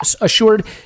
assured